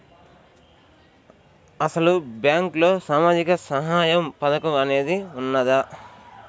అసలు బ్యాంక్లో సామాజిక సహాయం పథకం అనేది వున్నదా?